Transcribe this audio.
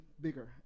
bigger